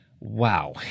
Wow